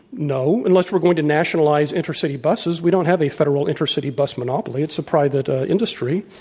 no, unless we're going to nationalize intercity buses. we don't have a federal intercity bus monopoly. it's a private ah industry.